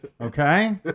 okay